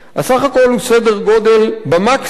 הסך הכול, סדר-גודל, במקסימום,